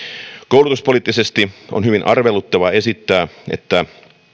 koulutuspoliittisesti on hyvin arveluttavaa esittää että